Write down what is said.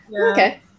okay